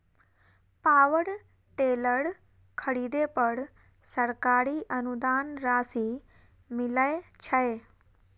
Power tiller खरीदे पर सरकारी अनुदान राशि मिलय छैय?